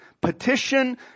petition